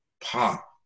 Pop